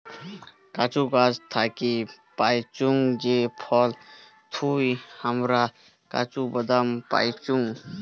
কাজু গাছ থাকি পাইচুঙ যে ফল থুই হামরা কাজু বাদাম পাইচুং